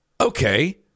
okay